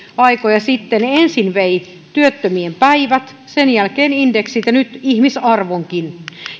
aikoja sitten ensin vei työttömien päivät sen jälkeen indeksit ja nyt ihmisarvonkin